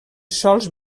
sòls